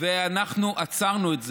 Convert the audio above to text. ואנחנו עצרנו את זה.